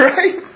Right